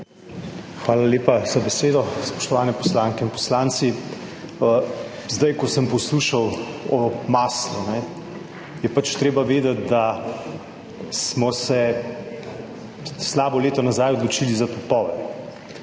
Hvala lepa za besedo. Spoštovane poslanke in poslanci! Zdaj, ko sem poslušal o maslu, kajne, je pač treba vedeti, da smo se slabo leto nazaj odločili za topove